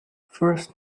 first